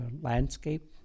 landscape